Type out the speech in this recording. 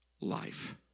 life